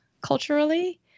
culturally